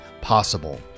possible